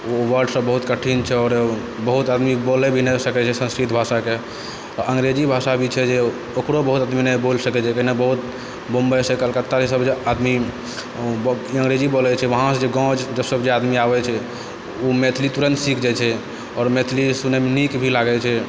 ओ वर्डसब बहुत कठिन छै आओर बहुत आदमी बोलै भी नहि सकै छै संस्कृत भाषाके आओर अङ्गरेजी भाषा भी छै जे ओकरो बहुत आदमी नहि बोलै सकै छै ओकरो बहुत मुम्बइसँ कलकत्तासँ आदमी अङ्गरेजी बोलै छै वहाँसँ जे गाँव आबै छै तऽ सब आदमी जे आबै छै ओ मैथिली तुरन्त सीखि जाइ छै आओर मैथिली सुनैमे नीक भी लागै छै